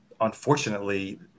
unfortunately